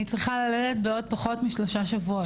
אני צריכה ללדת בעוד כשלושה שבועות.